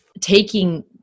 taking